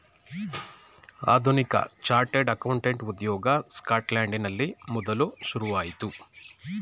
ಆಧುನಿಕ chartered accountant ಉದ್ಯೋಗ ಸ್ಕಾಟ್ಲೆಂಡಿನಲ್ಲಿ ಮೊದಲು ಶುರುವಾಯಿತು